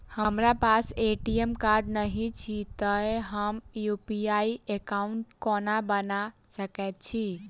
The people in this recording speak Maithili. हमरा पास ए.टी.एम कार्ड नहि अछि तए हम यु.पी.आई एकॉउन्ट कोना बना सकैत छी